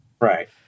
Right